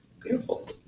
Beautiful